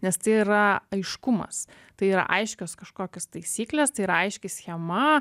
nes tai yra aiškumas tai yra aiškios kažkokios taisyklės tai yra aiški schema